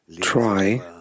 try